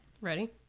Ready